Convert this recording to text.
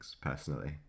personally